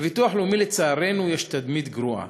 לביטוח לאומי, לצערנו, יש תדמית גרועה.